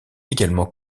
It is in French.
également